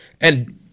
And-